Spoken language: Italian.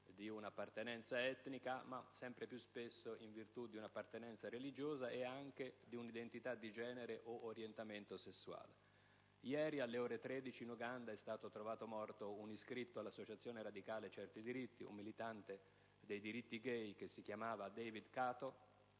di un'appartenenza etnica, ma sempre più spesso in virtù di un'appartenenza religiosa e anche di un'identità di genere od orientamento sessuale. Ieri, alle ore 13, in Uganda, è stato trovato morto un iscritto all'associazione radicale «Certi diritti», un militante dei diritti *gay* che si chiamava David Kato,